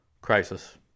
crisis